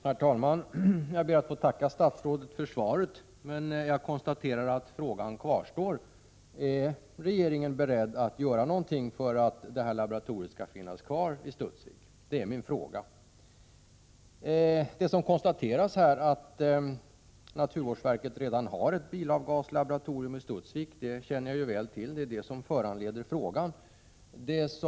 Herr talman! Jag ber att få tacka statsrådet för svaret. Jag konstaterar emellertid att frågan kvarstår obesvarad. Är regeringen beredd att göra något för att detta laboratorium skall finnas kvar i Studsvik? Det är min fråga. Det konstateras i svaret att naturvårdsverket redan har ett bilavgaslaboratorium i Studsvik. Det känner jag väl till. Det är det som har föranlett frågan.